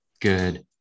Good